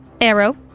arrow